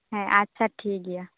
ᱦᱮᱸ ᱟᱪᱪᱷᱟ ᱴᱷᱤᱠ ᱜᱮᱭᱟ